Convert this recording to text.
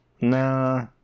Nah